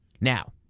Now